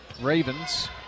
Ravens